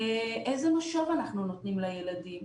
איזה משוב אנחנו נותנים לילדים.